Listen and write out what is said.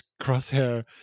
Crosshair